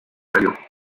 value